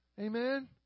Amen